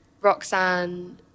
Roxanne